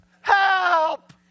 Help